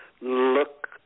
look